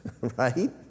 Right